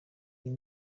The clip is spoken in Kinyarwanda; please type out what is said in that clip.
iyi